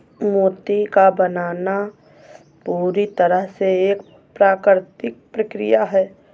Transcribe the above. मोती का बनना पूरी तरह से एक प्राकृतिक प्रकिया है